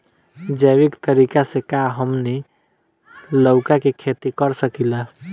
जैविक तरीका से का हमनी लउका के खेती कर सकीला?